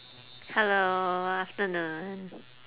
hello afternoon